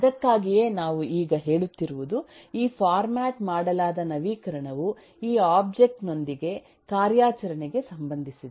ಅದಕ್ಕಾಗಿಯೇ ನಾವು ಈಗ ಹೇಳುತ್ತಿರುವುದು ಈ ಫೋರ್ಮ್ಯಾಟ್ ಮಾಡಲಾದ ನವೀಕರಣವು ಈ ಒಬ್ಜೆಕ್ಟ್ ವಿನೊಂದಿಗೆ ಕಾರ್ಯಾಚರಣೆಗೆ ಸಂಬಂಧಿಸಿದೆ